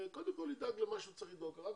קודם כל ידאג למה שהוא צריך לדאוג אחר